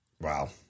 Wow